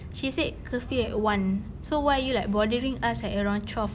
she said curfew at one so why are you like bothering us around twelve